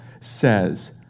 says